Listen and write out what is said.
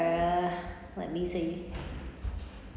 let me see